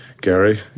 Gary